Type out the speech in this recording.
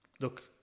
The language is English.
look